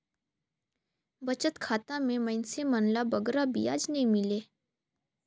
बचत खाता में मइनसे मन ल बगरा बियाज नी मिले